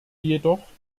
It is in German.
jedoch